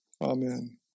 Amen